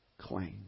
claim